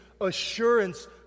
assurance